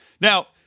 Now